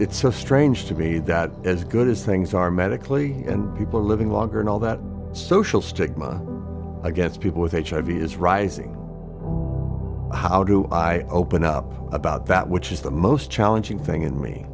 it's so strange to me that as good as things are medically and people are living longer and all that social stigma against people with hiv is rising how do i open up about that which is the most challenging thing in me